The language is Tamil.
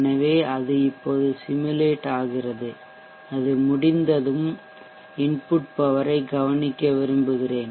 எனவே அது இப்போது சிமுலேட் ஆகிறது அது முடிந்ததும் இன்புட் பவர் ஐ கவனிக்க விரும்புகிறேன்